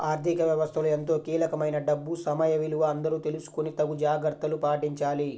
ఆర్ధిక వ్యవస్థలో ఎంతో కీలకమైన డబ్బు సమయ విలువ అందరూ తెలుసుకొని తగు జాగర్తలు పాటించాలి